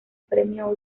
premio